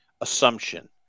assumption